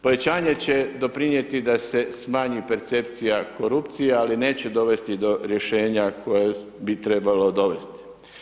Povećanje će doprinijeti da se smanji percepcija korupcija, ali neće dovesti do rješenja koje bi trebalo dovesti.